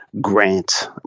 grant